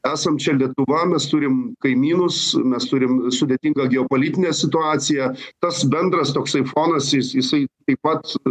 esam čia lietuva mes turim kaimynus mes turim sudėtingą geopolitinę situaciją tas bendras toksai fonas jis jisai taip pat